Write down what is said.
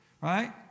right